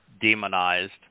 demonized